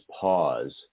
pause